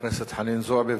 חברת הכנסת חנין זועבי,